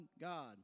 God